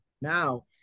now